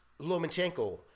Lomachenko